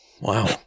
Wow